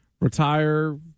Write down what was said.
Retire